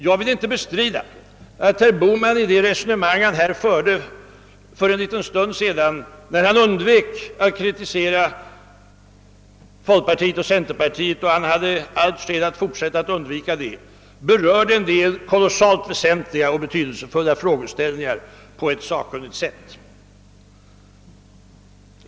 Jag vill inte bestrida att herr Bohman i det resonemang han för en stund sedan förde och när han undvek att kritisera folkpartiet och centerpartiet — han har allt skäl att fortsätta med detta — berörde en del väsentliga och betydelsefulla frågeställningar på ett sakkunnigt sätt.